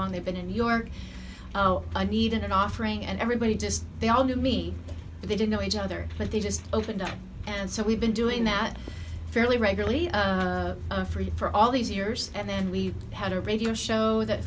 long they've been in new york oh i need an offering and everybody just they all knew me they didn't know each other but they just opened up and so we've been doing that fairly regularly free for all these years and then we had a radio show that